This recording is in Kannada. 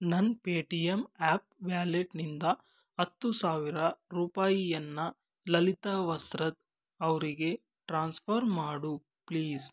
ನನ್ನ ಪೇಟಿಎಮ್ ಆ್ಯಪ್ ವ್ಯಾಲೆಟ್ನಿಂದ ಹತ್ತು ಸಾವಿರ ರೂಪಾಯಿಯನ್ನು ಲಲಿತಾ ವಸ್ತ್ರದ್ ಅವರಿಗೆ ಟ್ರಾನ್ಸ್ಫರ್ ಮಾಡು ಪ್ಲೀಸ್